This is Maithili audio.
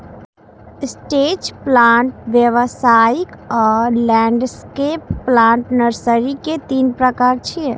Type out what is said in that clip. स्ट्रेच प्लांट, व्यावसायिक आ लैंडस्केप प्लांट नर्सरी के तीन प्रकार छियै